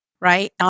right